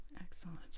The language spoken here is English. Excellent